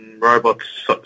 Robots